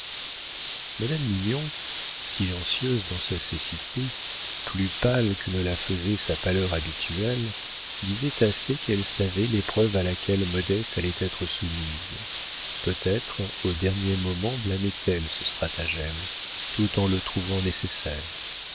madame mignon silencieuse dans sa cécité plus pâle que ne la faisait sa pâleur habituelle disait assez qu'elle savait l'épreuve à laquelle modeste allait être soumise peut-être au dernier moment blâmait elle ce stratagème tout en le trouvant nécessaire